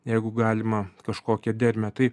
jeigu galima kažkokią dermę tai